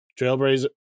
trailblazer